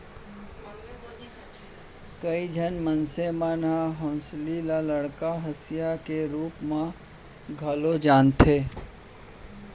कइ झन मनसे मन हंसुली ल बड़का हँसिया के रूप म घलौ जानथें